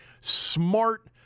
smart